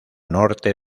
norte